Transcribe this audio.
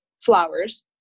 flowers